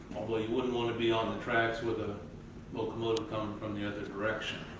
although, you wouldn't want to be on the tracks with a locomotive coming from the other direction.